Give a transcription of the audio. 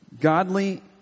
Godly